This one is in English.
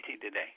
today